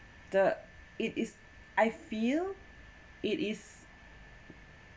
the it is I feel it is